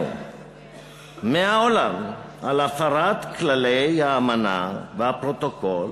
מהעולם על הפרת כללי האמנה והפרוטוקול,